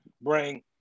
bring